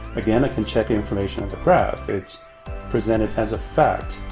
again, i can check the information in the graph. it's presented as a fact.